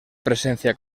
presencia